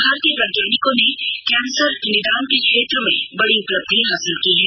भारतीय वैज्ञानिकों ने कैंसर निदान के क्षेत्र में बड़ी उपलब्धि हासिल की है